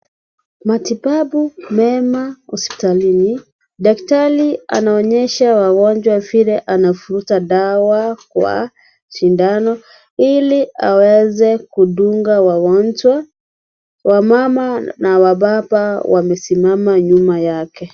Matibabu mema hospitalini. Daktari anaonyesha wagonjwa vile anavuruta dawa kwa sindano ili aweze kudunga wagonjwa. Wamama na wababa wamesimama nyuma yake.